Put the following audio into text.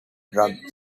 drug